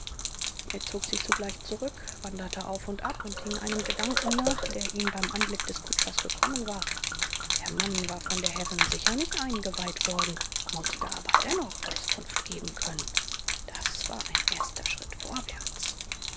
er zog sich sogleich zurück wanderte auf und ab und hing einem gedanken nach der ihm beim anblick des kutschers gekommen war der mann war von der herrin sicher nicht eingeweiht worden mußte aber dennoch auskunft geben können das war ein erster schritt vorwärts